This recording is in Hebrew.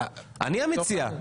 אני המציע,